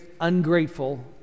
ungrateful